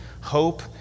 hope